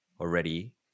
already